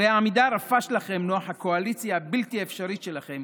הרי העמידה הרפה שלכם נוכח הקואליציה הבלתי-אפשרית שלכם